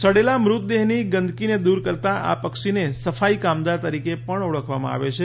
સડેલા મૃતદેહની ગંદકીને દૂર કરતા આ પક્ષીને સફાઈ કામદાર તરીકે પણ ઓળખવામાં આવે છે